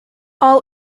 all